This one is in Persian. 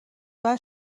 باید